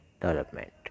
development